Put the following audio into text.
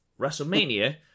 WrestleMania